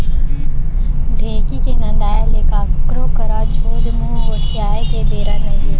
ढेंकी के नंदाय ले काकरो करा सोझ मुंह गोठियाय के बेरा नइये